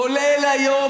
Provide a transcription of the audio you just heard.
כולל היום,